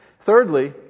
Thirdly